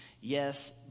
yes